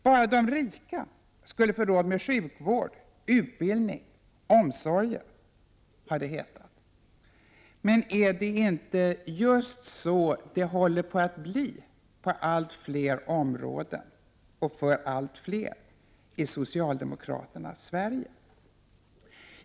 — Bara de rika skulle få råd med sjukvård, utbildning, omsorger, har det hetat. Men är det inte just så det håller på att bli på allt fler områden och för allt fler i socialdemokraternas Sverige?